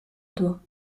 doigts